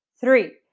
Three